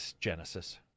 Genesis